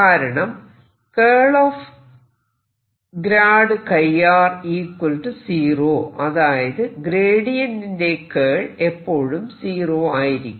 കാരണം 0 അതായത് ഗ്രേഡിയന്റിന്റെ കേൾ എപ്പോഴും സീറോ ആയിരിക്കും